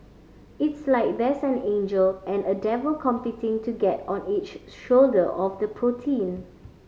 it's like there's an angel and a devil competing to get on each shoulder of the protein